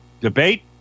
debate